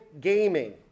gaming